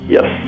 Yes